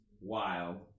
wild